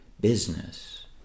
business